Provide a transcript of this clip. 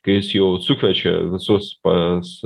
kai jis jau sukviečia visus pas